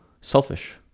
selfish